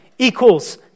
equals